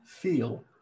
feel